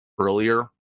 earlier